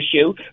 issue